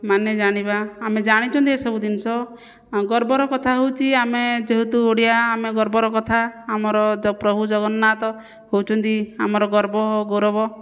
ମାନେ ଜାଣିବା ଆମେ ଜାଣିଛନ୍ତି ଏସବୁ ଜିନିଷ ଗର୍ବର କଥା ହେଉଛି ଆମେ ଯେହେତୁ ଓଡ଼ିଆ ଆମେ ଗର୍ବର କଥା ଆମର ପ୍ରଭୁ ଜଗନ୍ନାଥ ହେଉଛନ୍ତି ଆମର ଗର୍ବ ଓ ଗୌରବ